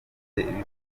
bikorwa